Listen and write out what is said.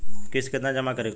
किस्त केतना जमा करे के होई?